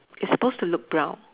it's supposed to look brown